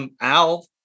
Al